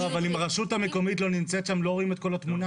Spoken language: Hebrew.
אבל אם הרשות המקומית לא נמצאת שם, לא